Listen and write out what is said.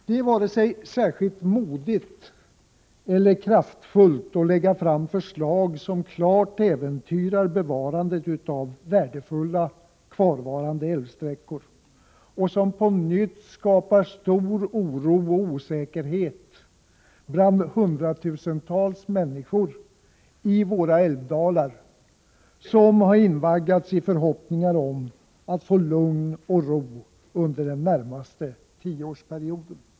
Det är varken särskilt modigt eller kraftfullt att lägga fram förslag som klart äventyrar bevarandet av värdefulla kvarvarande älvsträckor och på nytt skapar stor oro och osäkerhet bland hundratusentals människor i våra älvdalar som invaggats i förhoppningar om att få lugn och ro under den närmaste tioårsperioden.